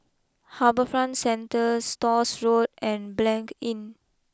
HarbourFront Centre Stores Road and Blanc Inn